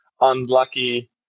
unlucky